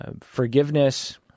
Forgiveness